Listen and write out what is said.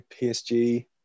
PSG